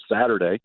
Saturday